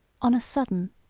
on a sudden,